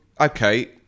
okay